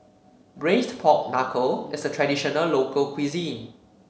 Braised Pork Knuckle is a traditional local cuisine